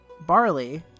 Barley